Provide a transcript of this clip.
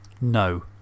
No